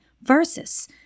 versus